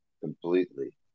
completely